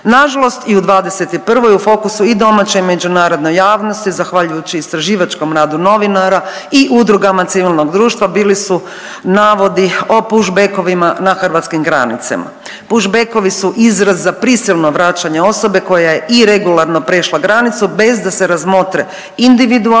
Nažalost i u '21. u fokusu i domaće i međunarodne javnosti zahvaljujući istraživačkom radu novinara i udrugama civilnog društva bili su navodi o push-backovima na hrvatskim granicama. Push-backovi su izraz za prisilno vraćanje osobe koja je iregularno prešla granicu bez da se razmotre individualne